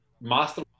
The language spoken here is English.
Master